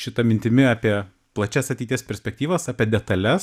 šita mintimi apie plačias ateities perspektyvas apie detales